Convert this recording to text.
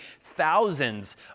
thousands